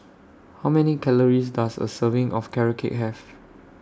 How Many Calories Does A Serving of Carrot Cake Have